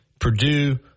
Purdue